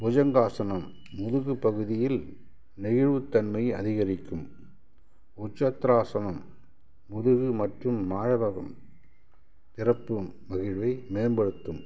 புஜங்காசனம் முதுகுப் பகுதியில் நெகிழ்வுத் தன்மை அதிகரிக்கும் உச்சத்திராசனம் முதுகு மற்றும் மார்பகம் பிறப்பும் மகிழ்வை மேம்படுத்தும்